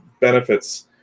benefits